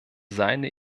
seine